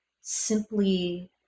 simply